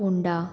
उंडा